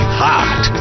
hot